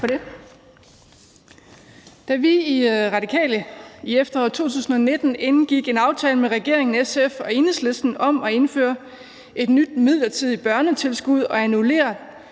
Da vi i Radikale i efteråret 2019 indgik en aftale med regeringen, SF og Enhedslisten om at indføre et nyt midlertidigt børnetilskud og annullere